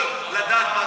אז תספר לנו.